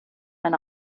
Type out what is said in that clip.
eine